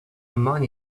money